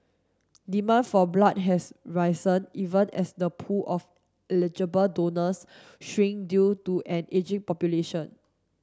demand for blood has risen even as the pool of eligible donors shrink due to an ageing population